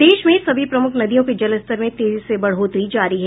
प्रदेश में सभी प्रमुख नदियों के जलस्तर में तेजी से बढ़ोतरी जारी है